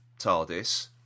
Tardis